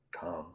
come